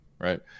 right